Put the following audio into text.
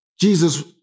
Jesus